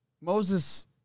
Moses